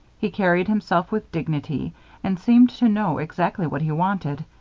he carried himself with dignity and seemed to know exactly what he wanted.